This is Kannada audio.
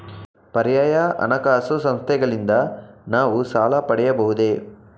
ಪರ್ಯಾಯ ಹಣಕಾಸು ಸಂಸ್ಥೆಗಳಿಂದ ನಾವು ಸಾಲ ಪಡೆಯಬಹುದೇ?